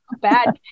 bad